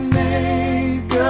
make